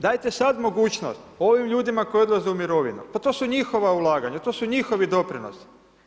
Dajte sad mogućnost ovim ljudima koji odlaze u mirovinu, pa to su njihova ulaganja, to su njihovi doprinosi.